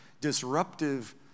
disruptive